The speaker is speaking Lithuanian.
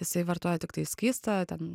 jisai vartoja tiktai skystą ten